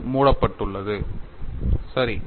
அது மூடப்பட்டுள்ளது சரி